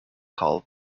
call